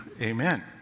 amen